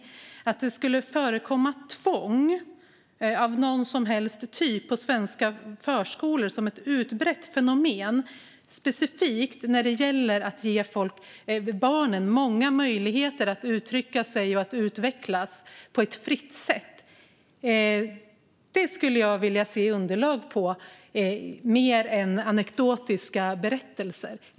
Att det skulle förekomma tvång av någon som helst typ som ett utbrett fenomen på svenska förskolor och specifikt när det gäller att ge barnen många möjligheter att uttrycka sig och utvecklas på ett fritt sätt skulle jag vilja se underlag på och inte bara anekdotiska berättelser om.